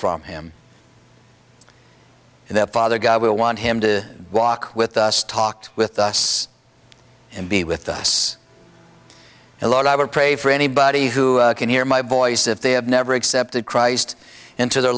from him and that father god will want him to walk with us talked with us and be with us a lot i would pray for anybody who can hear my voice if they have never accepted christ into their